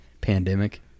pandemic